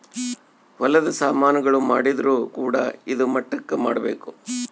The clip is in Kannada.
ಹೊಲದ ಸಾಮನ್ ಗಳು ಮಾಡಿದ್ರು ಕೂಡ ಇದಾ ಮಟ್ಟಕ್ ಮಾಡ್ಬೇಕು